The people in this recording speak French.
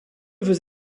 veux